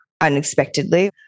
unexpectedly